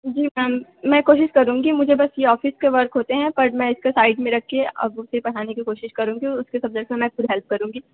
जी ma'am मैं कोशिश करूँगी मुझे बस यह ऑफ़िस के वर्क होते है पर मैं इसको साइड में रख के अब उसे पढ़ाने की कोशिश करूँगी और उसके सब्जेक्ट में मैं थोड़ी हेल्प करुँगी